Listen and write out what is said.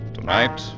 Tonight